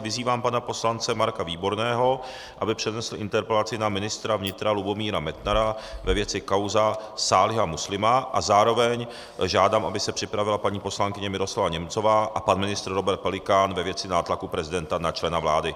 Vyzývám pana poslance Marka Výborného, aby přednesl interpelaci na ministra vnitra Lubomíra Metnara ve věci Kauza Sáliha Muslima, a zároveň žádám, aby se připravila paní poslankyně Miroslava Němcová a pan ministr Robert Pelikán ve věci nátlaku prezidenta na člena vlády.